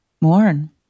Mourn